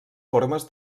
formes